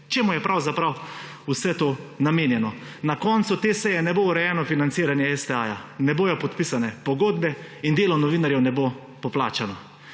Čemu je pravzaprav vse to namenjeno. Na koncu te seje ne bo urejeno financiranje STA, ne bodo podpisane pogodbe in delo novinarjev ne bo poplačano.